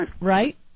right